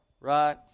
right